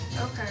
Okay